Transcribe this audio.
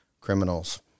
criminals